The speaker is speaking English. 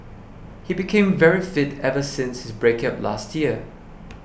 he became very fit ever since his breakup last year